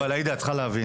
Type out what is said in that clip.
עאידה, את צריכה להבין.